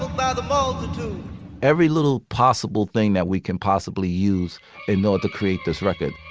by the balls every little possible thing that we can possibly use in order to create this record